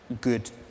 good